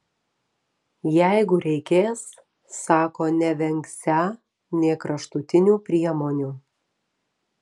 jeigu reikės sako nevengsią nė kraštutinių priemonių